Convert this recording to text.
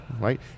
right